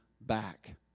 back